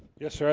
yes, sir.